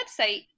website